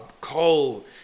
cold